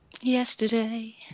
Yesterday